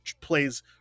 plays